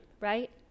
right